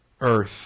earth